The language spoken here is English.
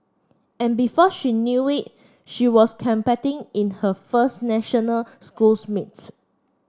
and before she knew it she was competing in her first national schools meets